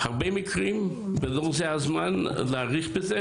הרבה מקרים ולא זה הזמן להאריך בזה